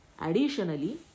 additionally